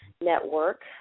network